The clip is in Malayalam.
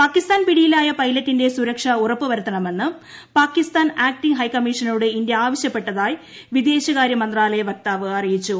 പാകിസ്ഥാൻ പിടിയിലായ പൈലറ്റിന്റെ സുരക്ഷി ഉൾപ്പുവരുത്തണമെന്ന് പാകിസ്ഥാൻ ആക്ടിംഗ് ഹൈക്മ്മ്യീഷനോട് ഇന്ത്യ ആവശ്യപ്പെട്ടതായി വിദേശക്ടാർൃമന്ത്രാലയ വക്താവ് അറിയിച്ചു